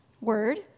word